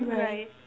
right